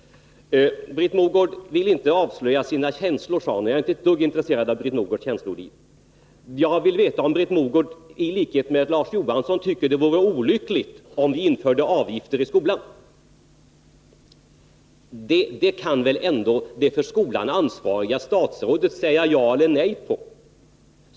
Britt Mogård vill inte avslöja sina känslor, sade hon. Jag är inte ett dugg 9 intresserad av Britt Mogårds känsloliv. Jag vill veta om Britt Mogård i likhet med Larz Johansson tycker att det vore olyckligt om vi införde avgifter i skolan. På den frågan kan väl ändå det för skolan ansvariga statsrådet svara ja eller nej.